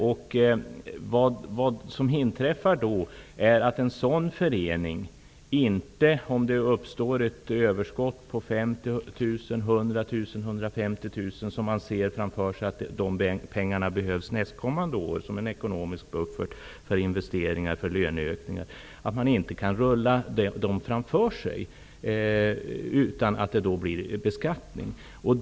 Vad som inträffar är att en sådan förening vid ett överskott på 50 000 100 000 eller 150 000 kr som är tänkta att användas som en ekonomisk buffert för att täcka behov under nästkommande år -- investeringar och löneökningar -- inte kan föra överskottet framåt utan beskattning.